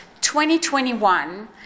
2021